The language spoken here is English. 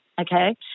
okay